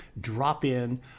drop-in